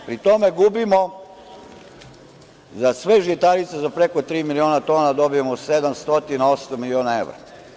Pri tome gubimo, za sve žitarice za preko tri miliona tona, dobijemo 700, 800 miliona evra.